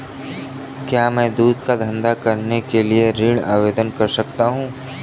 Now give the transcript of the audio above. क्या मैं दूध का धंधा करने के लिए ऋण आवेदन कर सकता हूँ?